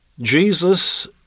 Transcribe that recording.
Jesus